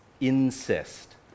incest